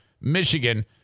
Michigan